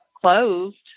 closed